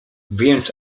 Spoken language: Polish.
więc